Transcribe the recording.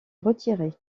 retirer